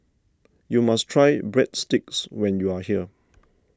you must try Breadsticks when you are here